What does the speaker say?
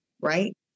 Right